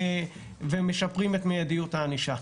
ומשפרים את מדיניות הענישה.